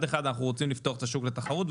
אחד אנחנו רוצים לפתוח את השוק לתחרות,